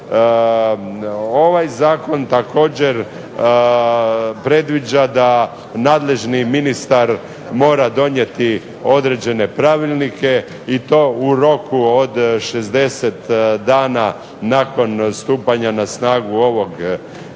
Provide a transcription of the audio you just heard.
Ovaj zakona također predviđa da nadležni ministar mora donijeti određene pravilnike i to u roku od 60 dana nakon stupanja na snagu ovog zakona.